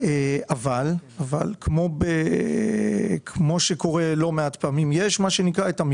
אבל מה שקורה בלא מעט פעמים זה שיש דברים